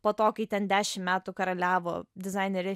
po to kai ten dešim metų karaliavo dizainerė